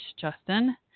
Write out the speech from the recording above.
justin